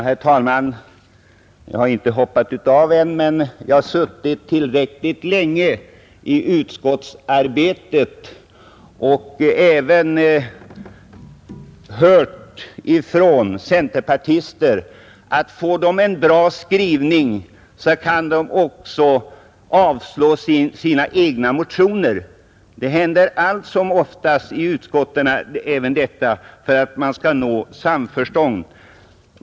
Herr talman! Jag har inte hoppat av än men jag har suttit tillräckligt länge i utskottsarbetet och även hört ifrån centerpartister att får de en bra skrivning så kan de också hoppa av från sina egna motioner. Detta händer allt som oftast i utskotten för att man skall nå samförstånd.